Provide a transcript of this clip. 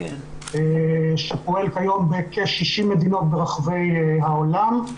שפועל כיום בכ-60 מדינות ברחבי העולם.